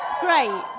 Great